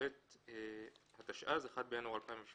בטבת התשע"ז (1 בינואר 2017)